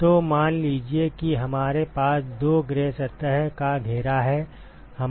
तो मान लीजिए कि हमारे पास दो ग्रे सतह का घेरा है